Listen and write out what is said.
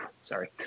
Sorry